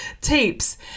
tapes